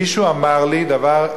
מישהו אמר לי דבר,